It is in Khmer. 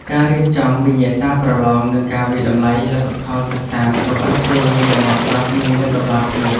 ការរៀបចំវិញ្ញាសាប្រឡងនិងការវាយតម្លៃលទ្ធផលសិក្សាត្រូវបានធ្វើឡើងយ៉ាងម៉ត់ចត់និងមានតម្លាភាព។